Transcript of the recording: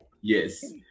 Yes